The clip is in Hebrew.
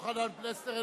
פלסנר,